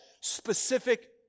specific